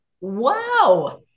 wow